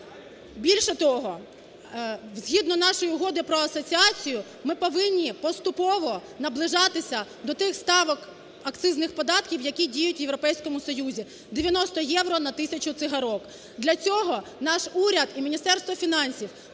Більше того, згідно нашої Угоди про асоціацію ми повинні поступово наближатися до тих ставок акцизних податків, які діють у Європейському Союзі, 90 євро на тисячу цигарок. Для цього наш уряд і Міністерство фінансів